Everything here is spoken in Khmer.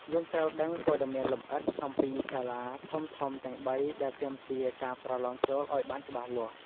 យើងត្រូវដឹងព័ត៌មានលម្អិតអំពីសាលាធំៗទាំងបីដែលទាមទារការប្រឡងចូលឱ្យបានច្បាស់លាស់។